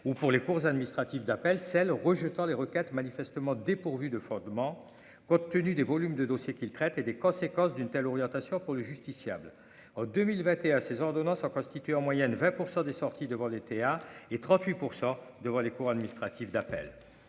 ou pour les cours administratives d'appel celle rejetant les requêtes manifestement dépourvu de fondement, compte tenu des volumes de dossiers qu'ils traitent et des conséquences d'une telle orientation pour le justiciable en 2021 ces ordonnances en moyenne 20 % des sorties devant des TA et 38 % devant les cours administratives d'appel,